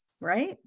Right